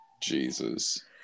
Jesus